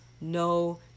no